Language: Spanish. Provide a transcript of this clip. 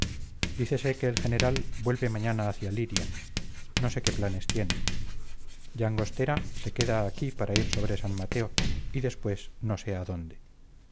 misma dícese que el general vuelve mañana hacia liria no se qué planes tiene llangostera se queda aquí para ir sobre san mateo y después no sé a dónde